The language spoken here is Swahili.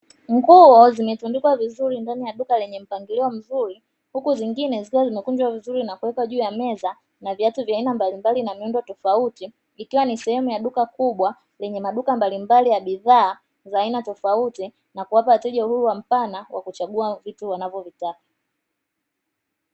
Nguo zimetundikwa vizuri ndani ya duka lenye mpangilio mzuri, huku nyingine zikiwa zimekunjwa vizuri na kuwekwa juu ya meza na viatu vya aina mbalimbali na miundo tofauti ikiwa ni sehemu ya duka kubwa lenye mduka mbalimbali ya bidhaa za aina tofauti na kuwapa wateja uhuru mpana wa kuchagua vitu wanavyovitaka.